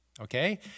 Okay